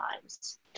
times